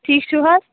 ٹھیٖک چھِو حظ